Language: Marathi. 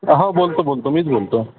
हो बोलतो बोलतो मीच बोलतो